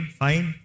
fine